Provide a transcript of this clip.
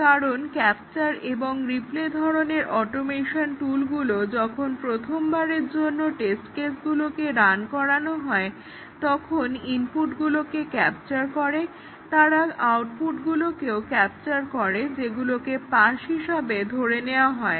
তার কারণ ক্যাপচার এবং রিপ্লে ধরনের অটোমেশন টুলগুলো যখন প্রথমবারের জন্য টেস্ট কেসগুলোকে রান করানো হয় তখন ইনপুটগুলোকে ক্যাপচার করে এবং তারা আউটপুটগুলোকেও ক্যাপচার করে যেগুলোকে পাস হিসাবে ধরে নেওয়া হয়